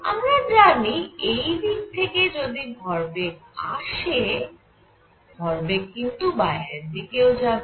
আমরা জানি এই দিক থেকে যদি ভরবেগ আসেও ভরবেগ কিন্তু বাইরের দিকেও যাবে